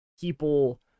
people